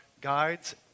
guides